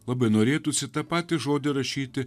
labai norėtųsi tą patį žodį rašyti